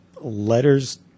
letters